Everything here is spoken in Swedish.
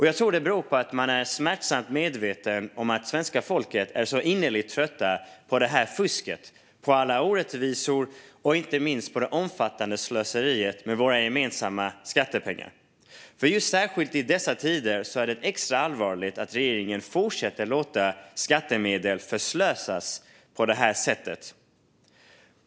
Jag tror att det beror på att man är smärtsamt medveten om att svenska folket är så innerligt trötta på fusket, på alla orättvisor och inte minst på det omfattande slöseriet med våra gemensamma skattepengar. Särskilt i dessa tider är det allvarligt att regeringen fortsätter att låta skattemedel förslösas på det här sättet.